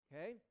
Okay